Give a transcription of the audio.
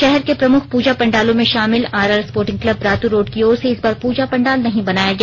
शहर के प्रमुख पूजा पंडालों में शामिल RR sporting club Ratu road की ओर से इस बार पूजा पंडाल नहीं बनाया गया